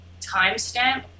timestamp